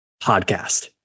podcast